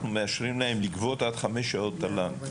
אנחנו מאשרים להם לגבות עד חמש שעות תל"ן.